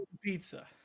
pizza